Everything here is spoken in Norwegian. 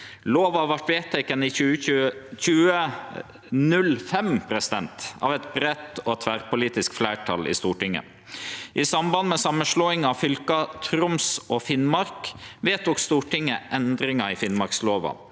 Lova vart vedteken i 2005 av eit breitt og tverrpolitisk fleirtal i Stortinget. I samband med samanslåinga av fylka Troms og Finnmark vedtok Stortinget endringar i Finnmarkslova.